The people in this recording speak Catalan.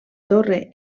torre